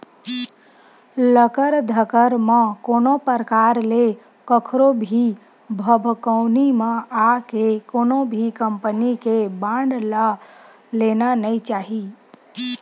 लकर धकर म कोनो परकार ले कखरो भी भभकउनी म आके कोनो भी कंपनी के बांड ल लेना नइ चाही